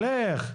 אבל איך?